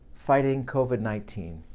fighting covid nineteen.